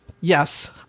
Yes